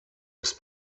ist